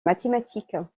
mathématiques